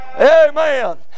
Amen